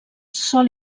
sol